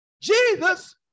Jesus